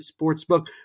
Sportsbook